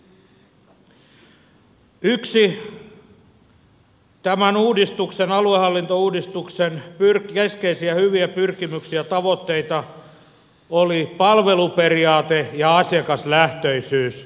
yksi tämän aluehallintouudistuksen keskeisiä hyviä pyrkimyksiä tavoitteita oli palveluperiaate ja asiakaslähtöisyys